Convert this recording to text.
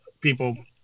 people